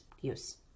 use